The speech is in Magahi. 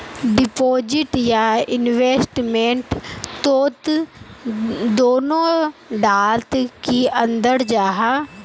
डिपोजिट या इन्वेस्टमेंट तोत दोनों डात की अंतर जाहा?